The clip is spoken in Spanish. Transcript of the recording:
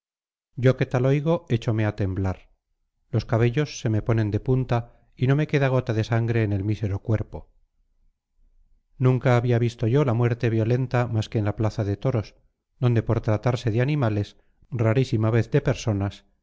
yo que tal oigo échome a temblar los cabellos se me ponen de punta y no me queda gota de sangre en el mísero cuerpo nunca había visto yo la muerte violenta más que en la plaza de toros donde por tratarse de animales rarísima vez de personas